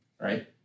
Right